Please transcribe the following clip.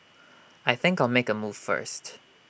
I think I'll make A move first